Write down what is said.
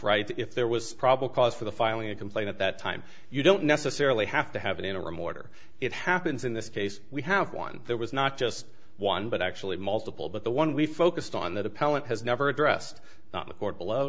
right if there was probable cause for the filing a complaint at that time you don't necessarily have to have an interim order it happens in this case we have one there was not just one but actually multiple but the one we focused on that appellant has never addressed the court below